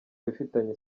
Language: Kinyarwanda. bifitanye